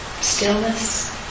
stillness